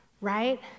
right